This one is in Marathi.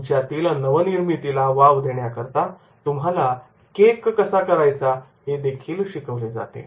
तुमच्यातील नवनिर्मितीला वाव देण्याकरता तुम्हाला केक कसा करायचा हे देखील शिकवले जाते